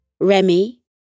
Remy